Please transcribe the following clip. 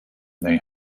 they